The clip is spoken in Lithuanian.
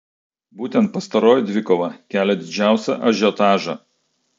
būtent pastaroji dvikova kelia didžiausią ažiotažą